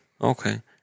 okay